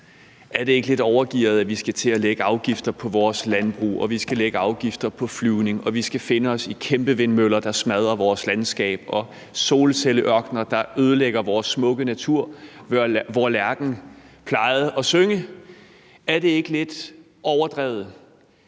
Er det ikke lidt overgearet, at vi skal til at lægge afgifter på vores landbrug, at vi skal lægge afgifter på flyvning, og at vi skal finde os i kæmpevindmøller, der smadrer vores landskab, og solcelleørkener, der ødelægger vores smukke natur, hvor lærken plejede at synge? Er det ikke lidt overdrevet?